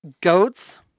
Goats